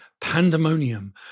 pandemonium